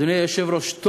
אדוני היושב-ראש,